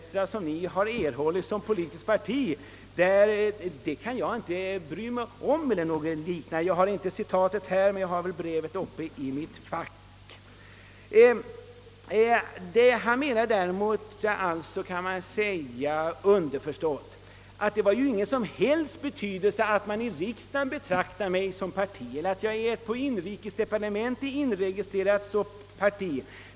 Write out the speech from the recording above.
v. som jag erhållit som politiskt parti inte kunde beaktas av honom. Han underförstår tydligen att det inte alls har någon betydelse, att riksdagen betraktar mig som parti eller att jag på inrikesdepartementet är inregistrerad som sådant.